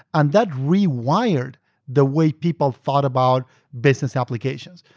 and that rewired the way people thought about business application.